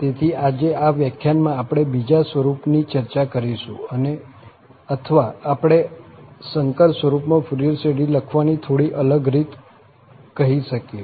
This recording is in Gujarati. તેથી આજે આ વ્યાખ્યાનમાં આપણે બીજા સ્વરૂપની ચર્ચા કરીશું અથવા આપણે સંકર સ્વરૂપમાં ફુરિયર શ્રેઢી લખવાની થોડી અલગ રીત કહી શકીએ